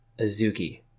azuki